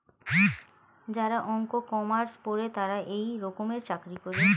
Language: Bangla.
যারা অঙ্ক, কমার্স পরে তারা এই রকমের চাকরি করে